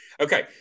Okay